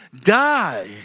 Die